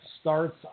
starts